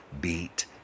beat